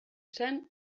zen